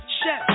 chef